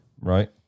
Right